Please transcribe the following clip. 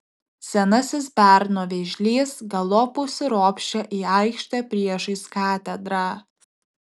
senasis berno vėžlys galop užsiropščia į aikštę priešais katedrą